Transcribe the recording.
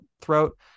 throat